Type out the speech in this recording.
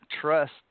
trust